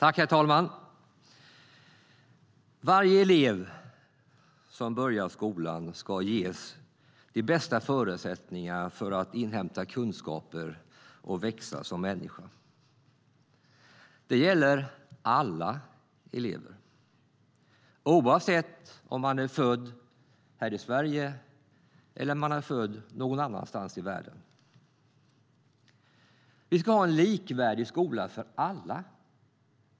Herr talman! Varje elev som börjar skolan ska ges de bästa förutsättningar för att inhämta kunskaper och växa som människa. Det gäller alla elever, oavsett om man är född här i Sverige eller någon annanstans i världen. Vi ska ha en likvärdig skola för alla.